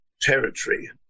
territory